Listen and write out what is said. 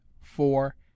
four